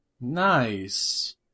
Nice